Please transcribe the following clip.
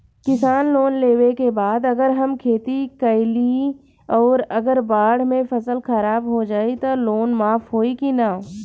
किसान लोन लेबे के बाद अगर हम खेती कैलि अउर अगर बाढ़ मे फसल खराब हो जाई त लोन माफ होई कि न?